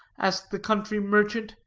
asked the country merchant,